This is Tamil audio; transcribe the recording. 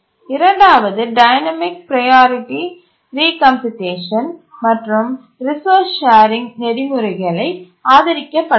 இரண்டாவது டைனமிக் ப்ரையாரிட்டி ரிகம்புடேஷன் மற்றும் ரிசோர்ஸ் ஷேரிங் நெறிமுறைகள் ஆதரிக்கப்படவில்லை